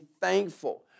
thankful